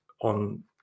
on